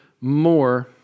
more